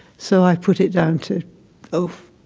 so i put it down to oh,